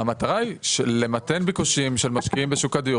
המטרה היא למתן ביקושים של משקיעים בשוק הדיר,